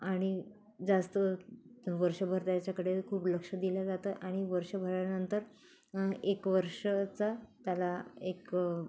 आणि जास्त वर्षभर त्याच्याकडे खूप लक्ष दिलं जातं आणि वर्षभरानंतर एक वर्षाचा त्याला एक